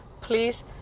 please